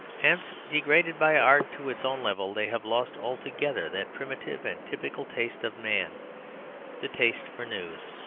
hence, degraded by art to its own level, they have lost altogether that primitive and typical taste of man the taste for news.